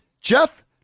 Jeff